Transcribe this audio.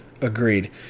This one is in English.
Agreed